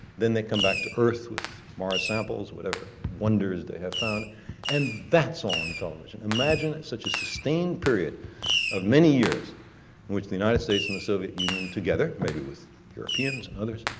then they come back to earth with mars samples or whatever wonders they have found and that's on television. imagine such a sustained period of many years, in which the united states and the soviet union together, maybe with europeans and others,